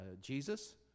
Jesus